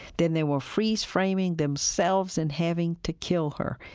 then they were freeze-framing themselves in having to kill her.